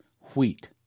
wheat